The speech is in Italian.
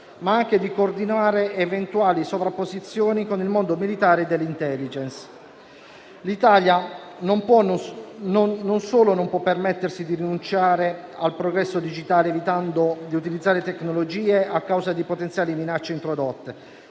ma anche di coordinare eventuali sovrapposizioni con il mondo militare e dell'*intelligence*. L'Italia non solo non può permettersi di rinunciare al progresso digitale, evitando di utilizzare tecnologie a causa di potenziali minacce introdotte,